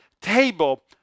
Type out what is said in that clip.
table